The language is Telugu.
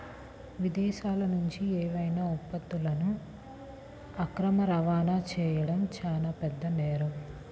విదేశాలనుంచి ఏవైనా ఉత్పత్తులను అక్రమ రవాణా చెయ్యడం చానా పెద్ద నేరం